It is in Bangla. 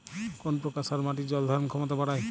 কোন প্রকার সার মাটির জল ধারণ ক্ষমতা বাড়ায়?